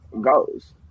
goes